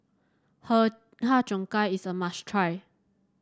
her Har Cheong Gai is a must try